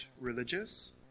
religious